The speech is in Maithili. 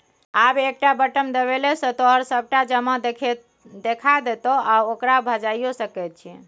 आब एकटा बटम देबेले सँ तोहर सभटा जमा देखा देतौ आ ओकरा भंजाइयो सकैत छी